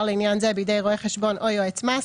לעניין זה בידי רואה חשבון או יועץ מס,